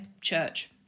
church